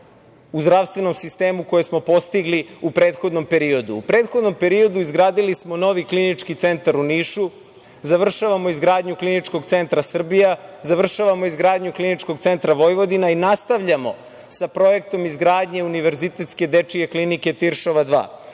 u zdravstvenom sistemu koje smo postigli u prethodnom periodu.U prethodnom periodu izgradili smo novi Klinički centar u Nišu, završavamo izgradnju Kliničkog centra Srbija, završavamo izgradnju Kliničkog centra Vojvodina i nastavljamo sa projektom izgradnje Univerzitetske dečije klinike "Tiršova 2".